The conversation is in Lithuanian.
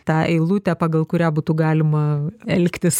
tą eilutę pagal kurią būtų galima elgtis